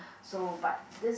so but this